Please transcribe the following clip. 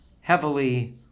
heavily